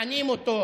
מענים אותו,